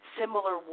similar